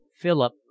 Philip